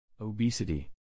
Obesity